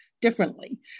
differently